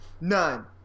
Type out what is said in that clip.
None